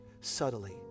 subtly